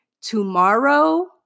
tomorrow